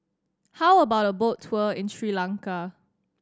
how about a boat tour in Sri Lanka